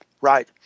right